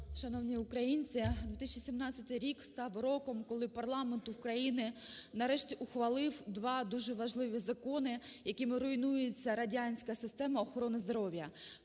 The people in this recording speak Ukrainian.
Шановні українці! 2017 рік став роком, коли парламент України нарешті ухвалив два дуже важливі закони, якими руйнується радянська система охорони здоров'я.